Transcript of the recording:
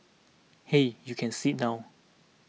hey you can sit down